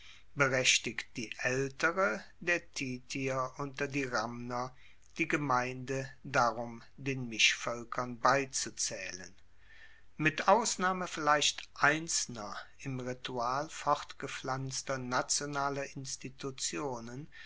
berechtigt die aeltere der titier unter die ramner die gemeinde darum den mischvoelkern beizuzaehlen mit ausnahme vielleicht einzelner im ritual fortgepflanzter nationaler institutionen